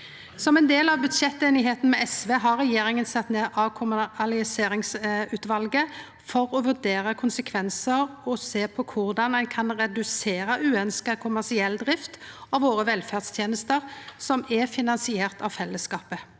Som ein del av budsjetteinigheita med SV har regjeringa sett ned avkommersialiseringsutvalet for å vurdera konsekvensar og sjå på korleis ein kan redusera uønskt kommersiell drift av velferdstenestene våre, som er finansierte av fellesskapet.